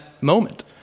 moment